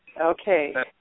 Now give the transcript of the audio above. Okay